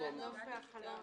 זה הנוף מן הכיתה.